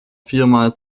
viermal